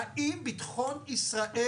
האם ביטחון ישראל,